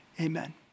amen